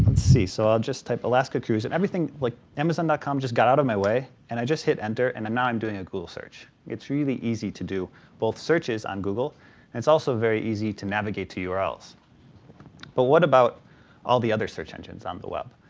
so i'll just type alaska cruise and everything, like amazon dot com just got out of my way, and i just hit enter, and and now i'm doing a google search. it's really easy to do both searches on google and it's also very easy to navigate to yeah urls. but what about all the other search engines on the web?